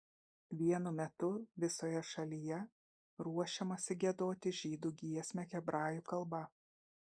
vienu metu visoje šalyje ruošiamasi giedoti žydų giesmę hebrajų kalba